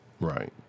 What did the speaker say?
Right